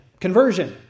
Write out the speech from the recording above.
Conversion